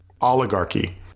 Oligarchy